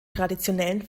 traditionellen